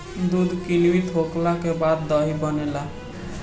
दूध किण्वित होखला के बाद दही बनेला